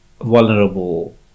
vulnerable